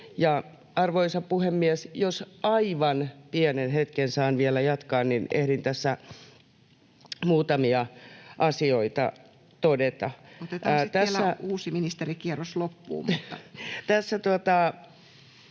arvoisa puhemies, jos aivan pienen hetken saan vielä jatkaa, niin ehdin tässä muutamia asioita todeta. Tässä pääministeri jo tämän